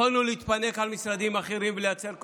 יכולנו להתפנק על משרדים אחרים ולייצר כותרות.